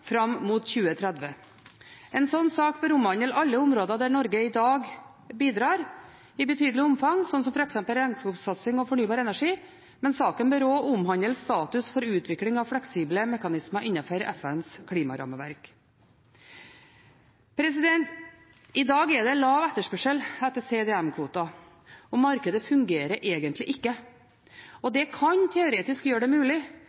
fram mot 2030. En slik sak bør omhandle alle områder der Norge i dag bidrar i betydelig omfang, slik som f.eks. regnskogsatsing og fornybar energi, men saken bør også omhandle status for utvikling av fleksible mekanismer innenfor FNs klimarammeverk. I dag er det lav etterspørsel etter CDM-kvoter. Markedet fungerer egentlig ikke. Det kan teoretisk gjøre det mulig